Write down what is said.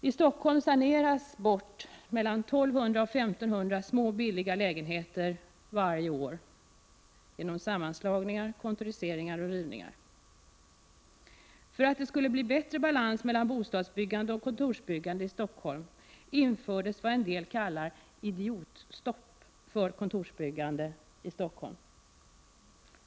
I Stockholm saneras 1 200-1 500 små billiga lägenheter bort varje år genom sammanslagning, kontorisering och rivning. För att det skulle bli bättre balans mellan bostadsbyggande och kontorsbyggande i Stockholm infördes vad en del kallar ”idiotstopp” för kontorsbyggande i Stockholm.